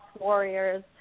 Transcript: warriors